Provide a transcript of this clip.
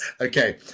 okay